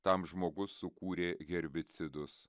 tam žmogus sukūrė herbicidus